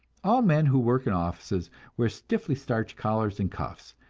all men who work in offices wear stiffly starched collars and cuffs,